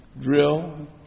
drill